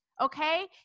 okay